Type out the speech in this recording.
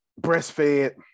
breastfed